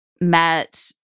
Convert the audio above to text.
met